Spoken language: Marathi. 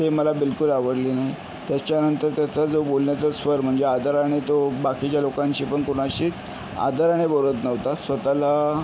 ते मला बिलकूल आवडली नाही त्याच्यानंतर त्याचा जो बोलण्याचा स्वर म्हणजे आदराने तो बाकीच्या लोकांशी पण कोणाशीच आदराने बोलत नव्हता स्वत ला